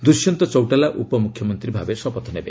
ଦୁଷ୍ୟନ୍ତ ଚୌଟାଲା ଉପମୁଖ୍ୟମନ୍ତ୍ରୀ ଭାବେ ଶପଥ ନେବେ